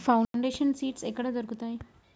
Foundation seeds ఎక్కడ దొరుకుతాయి?